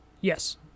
Yes